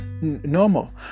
Normal